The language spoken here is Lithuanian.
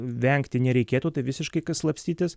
vengti nereikėtų tai visiškai ka slapstytis